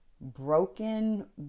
broken